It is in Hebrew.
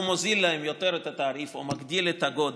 מוזיל להן עוד את התעריף או מגדיל את הגודל,